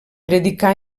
predicà